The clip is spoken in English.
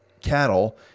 cattle